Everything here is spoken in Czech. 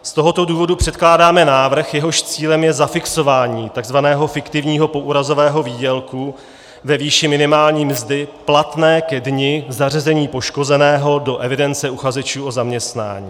Z tohoto důvodu předkládáme návrh, jehož cílem je zafixování tzv. fiktivního poúrazového výdělku ve výši minimální mzdy platné ke dni zařazení poškozeného do evidence uchazečů o zaměstnání.